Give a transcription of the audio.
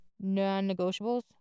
non-negotiables